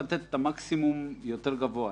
צריך לתת את המקסימום יותר גבוה,